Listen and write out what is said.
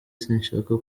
sinshaka